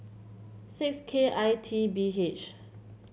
six K I T B H